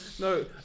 no